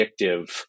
addictive